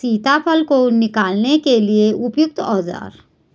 सीताफल को निकालने के लिए उपयुक्त औज़ार?